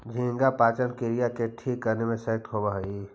झींगा पाचन क्रिया को ठीक करने में सहायक होवअ हई